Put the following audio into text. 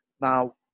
Now